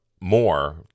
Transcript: more